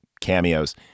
cameos